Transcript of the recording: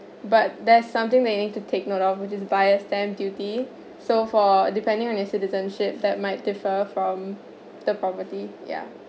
but there's something that you need to take note of which is buyer's stamp duty so for depending on your citizenship that might differ from the property ya